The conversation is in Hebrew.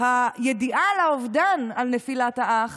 הידיעה על האובדן על נפילת האח